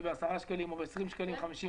ב-10 שקלים או ב-20 שקלים 50 מסכות.